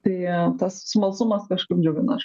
tai tas smalsumas kažkaip džiugina aš